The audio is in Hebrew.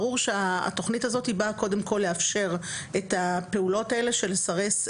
ברור שהתוכנית הזאת היא באה קודם כל לאפשר את הפעולות האלה של סרס,